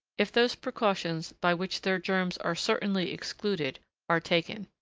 if those precautions by which their germs are certainly excluded are taken.